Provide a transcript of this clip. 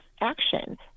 action